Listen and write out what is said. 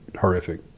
horrific